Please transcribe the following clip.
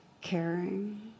caring